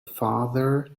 father